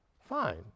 fine